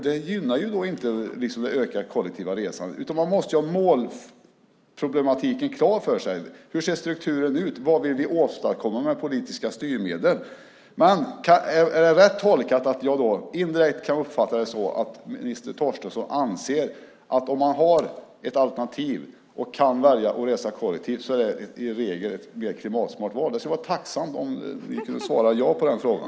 Det gynnar inte ett ökat kollektivt resande. Man måste ha målproblematiken klar för sig. Hur ser strukturen ut? Vad vill vi åstadkomma med politiska styrmedel? Är det alltså rätt tolkat att jag indirekt kan uppfatta det så att minister Torstensson anser att det i regel är ett mer klimatsmart val att, om det alternativet finns, resa kollektivt? Jag skulle vara tacksam för ett ja som svar på den frågan.